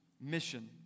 mission